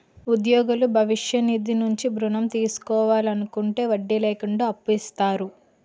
ఉద్యోగులు భవిష్య నిధి నుంచి ఋణం తీసుకోవాలనుకుంటే వడ్డీ లేకుండా అప్పు ఇస్తారు